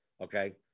okay